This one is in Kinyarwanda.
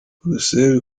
buruseli